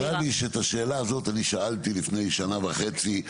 את מזכירה לי שאת השאלה הזאת אני שאלתי לפני שנה וחצי,